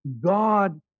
God